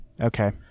Okay